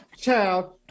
child